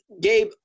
Gabe